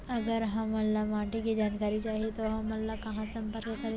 अगर हमन ला माटी के जानकारी चाही तो हमन ला कहाँ संपर्क करे ला चाही?